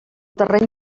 terreny